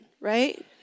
right